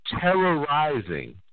terrorizing